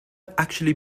actually